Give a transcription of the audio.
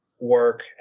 work